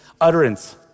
utterance